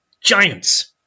giants